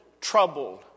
troubled